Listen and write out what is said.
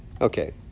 Okay